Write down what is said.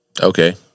Okay